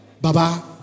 Baba